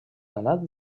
anat